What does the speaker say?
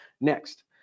Next